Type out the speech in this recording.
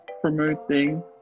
promoting